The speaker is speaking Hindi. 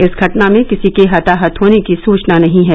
इस घटना में किसी के हताहत होने की सूचना नहीं है